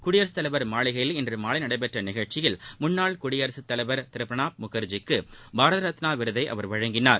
குடியரசுத் தலைவா் மாளிகையில் இன்று மாலை நடைபெற்ற நிகழ்ச்சியில் முன்னாள் சூடியரசுத் தலைவா் திரு பிரணாப் முகா்ஜிக்கு பாரத ரத்னா விருதை அவர் வழங்கினார்